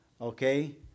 Okay